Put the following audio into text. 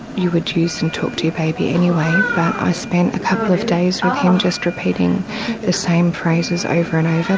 you would use and talk to your baby anyway, but i spent a couple of days with him just repeating the same phrases over and over.